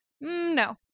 No